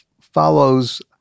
follows